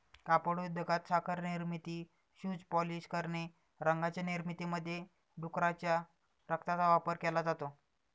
कापड उद्योगात, साखर निर्मिती, शूज पॉलिश करणे, रंगांच्या निर्मितीमध्ये डुकराच्या रक्ताचा वापर केला जातो